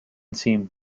seem